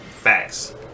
Facts